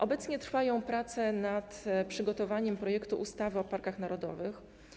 Obecnie trwają prace nad przygotowaniem projektu ustawy o parkach narodowych.